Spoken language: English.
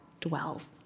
dwells